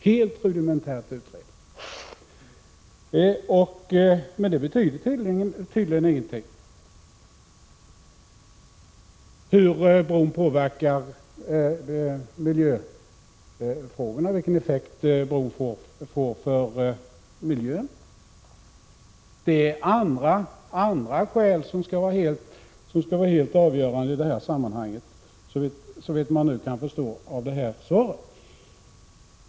Det verkar inte betyda någonting hur bron påverkar miljöfrågorna och vilken effekt projektet får för miljön. Andra skäl är helt avgörande i sammanhanget, såvitt man nu kan förstå av detta svar.